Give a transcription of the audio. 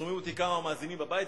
שומעים אותי כמה מאזינים בבית,